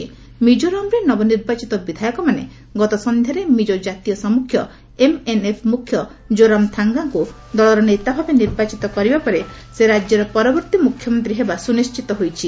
ମିକ୍କୋରାମ୍ରେ ନବନିର୍ବାଚିତ ବିଧାୟକମାନେ ଗତ ସନ୍ଧ୍ୟାରେ ମିକ୍କୋ ଜାତୀୟ ସାମୁଖ୍ୟ 'ଏମ୍ଏନ୍ଏଫ୍' ମୁଖ୍ୟ ଜୋରାମ୍ଥାଙ୍ଗାଙ୍କୁ ଦଳର ନେତା ଭାବେ ନିର୍ବାଚିତ କରିବା ପରେ ସେ ରାଜ୍ୟର ପରବର୍ତ୍ତୀ ମୁଖ୍ୟମନ୍ତ୍ରୀ ହେବା ସୁନିଶ୍ଚିତ ହୋଇଛି